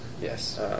Yes